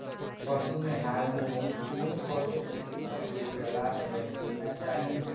पशु मे हार्मोन कोनो पशु चिकित्सक के सलाह सं देना चाही